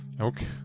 Okay